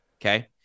okay